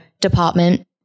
department